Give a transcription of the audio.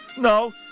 No